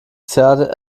zerrte